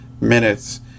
minutes